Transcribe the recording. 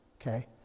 Okay